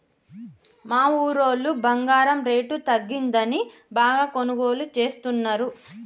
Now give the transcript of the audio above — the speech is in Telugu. మా ఊరోళ్ళు బంగారం రేటు తగ్గిందని బాగా కొనుగోలు చేస్తున్నరు